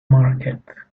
market